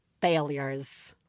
failures